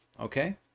okay